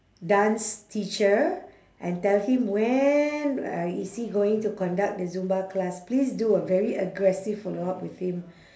dance teacher and tell him when uh is he going to conduct the zumba class please do a very aggressive follow-up with him